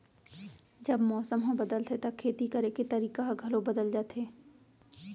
जब मौसम ह बदलथे त खेती करे के तरीका ह घलो बदल जथे?